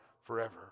forever